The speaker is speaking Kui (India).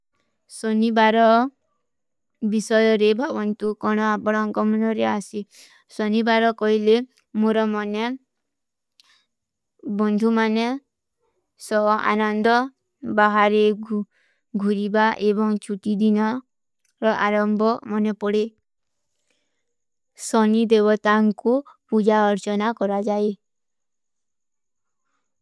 ସନୀ ବାରା ଵିଶଯ ରେଭା ଵନ୍ତୁ କଣା ବଡାଂକା ମନରେ ଆଶେ। ସନୀ ବାରା କଈଲେ ମୁରା ମନନେଲ, ବନ୍ଧୁ ମନନେଲ, ସଵା ଅନନ୍ଦା, ବାହରେ ଗୁରୀବା ଏବଂଗ ଛୁଟୀ ଦିନା ରା ଅରମ୍ବ ମନନେ ପଡେ। ସନୀ ଦେଵତାଂକୋ ପୁଜା ଅର୍ଚନା କରା ଜାଈ।